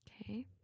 Okay